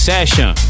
Session